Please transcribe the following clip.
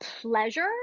pleasure